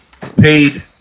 paid